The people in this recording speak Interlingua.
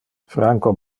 franco